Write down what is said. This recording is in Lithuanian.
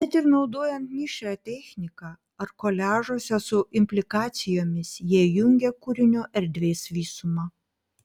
net ir naudojant mišrią techniką ar koliažuose su implikacijomis jie jungia kūrinio erdvės visumą